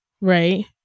right